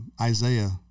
Isaiah